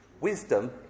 Wisdom